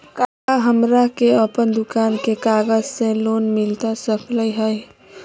का हमरा के अपन दुकान के कागज से लोन मिलता सकली हई?